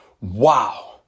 wow